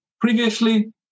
Previously